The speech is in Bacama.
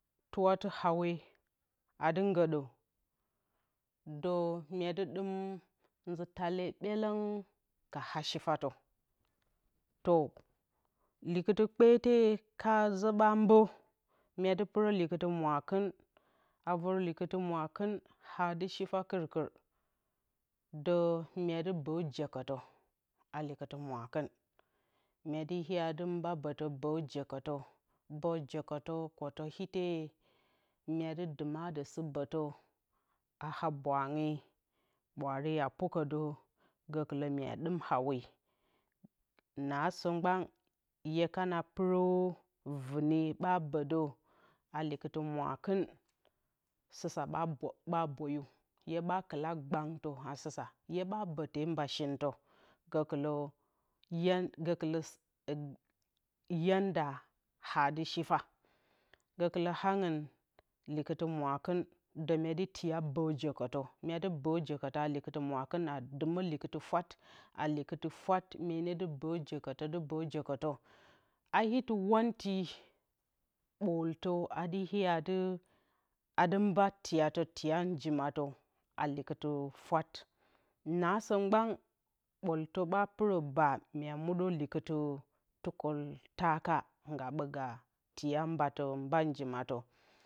Tɨwatɨ hawe adɨ ngǝɗǝ dǝ myedɨ ɗɨm nzǝ taale ɓelong ka ha shifatǝ to likɨtɨ kpete ka zǝ ɓa mbǝ myedɨ pɨrǝ likɨtɨ mwakɨn avǝr likɨtɨ mwakɨn haa dɨ shifa kɨrkɨr dǝ mye dɨ bǝ jekǝtǝ a likɨtɨ mwakɨn myedɨ mba bǝtǝ bǝ jekǝtǝ ekǝtǝ jkǝtɨ kǝtɨ ite myedɨ dumadǝ sɨbǝtǝ, a haa bwange ɓwaare apukǝdǝ gǝkɨlǝ mya ɗɨm hawe, naasǝ mgban hye kana pɨrǝ vɨne ɓa bǝ dǝ a likɨtɨ mwakɨn sɨsa ɓa ɓǝyu hye kɨla gbangtǝ a sɨsa hyeɓa tee mba shintǝ gǝkɨlǝ yanda haa dɨ shifa gǝkɨlǝ angɨn likɨtɨ mwakɨn dǝ myedɨ tiya mbǝ jekǝtǝ a likɨtɨ mwakɨn a dɨmǝ likɨtɨ fwat a likɨtɨ fwat myenǝ dɨ bǝ jokǝtǝ dɨ mbǝ jokǝtǝ a itɨ wantɨ ɓooltǝ adɨ iya dɨ mba tiyatǝ tiya njimatǝ likɨtɨ fwat naasǝ mgban ɓooltǝ ɓa pɨrǝ ɓa a mɨdǝ likɨtɨ tukǝltaka nga ɓǝ mba mba tiya njimatǝ